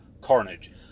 Carnage